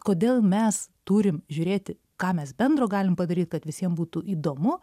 kodėl mes turim žiūrėti ką mes bendro galim padaryt kad visiem būtų įdomu